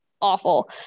awful